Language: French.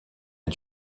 est